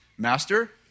Master